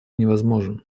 невозможен